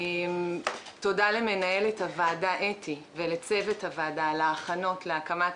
תודה לאתי מנהל הוועדה ולצוות הוועדה על ההכנות להקמת